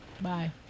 Bye